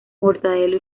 mortadelo